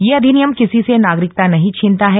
यह अधिनियम किसी से नागरिकता नहीं छीनता है